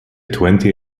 twenty